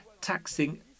taxing